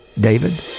David